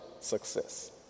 success